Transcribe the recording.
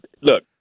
look